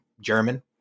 German